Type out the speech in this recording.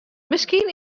miskien